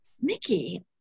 Mickey